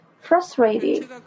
frustrated